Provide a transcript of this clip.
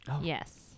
Yes